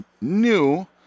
new